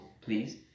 Please